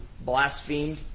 blasphemed